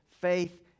faith